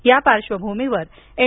या पार्श्वभूमीवर एन